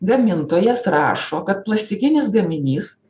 gamintojas rašo kad plastikinis gaminys